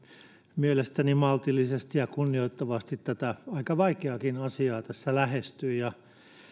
mielestäni maltillisesti ja kunnioittavasti tätä aika vaikeaakin asiaa tässä lähestyi